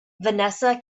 vanessa